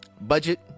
budget